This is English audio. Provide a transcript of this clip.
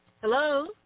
Hello